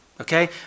okay